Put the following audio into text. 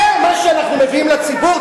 זה מה שאנחנו מביאים לציבור?